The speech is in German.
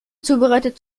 zubereitet